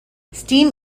steam